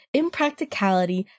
impracticality